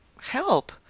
help